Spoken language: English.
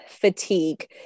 fatigue